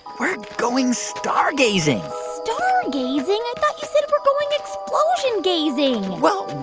we're going stargazing stargazing? i thought you said we're going explosion-gazing well,